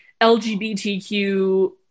LGBTQ